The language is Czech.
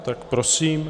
Tak prosím.